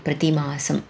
प्रतिमासम्